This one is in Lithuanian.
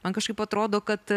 man kažkaip atrodo kad